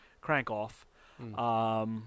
crank-off